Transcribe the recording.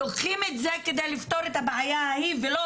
לוקחים את זה כדי לפתור את הבעיה ההיא ולא